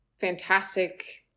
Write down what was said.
fantastic